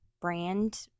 brand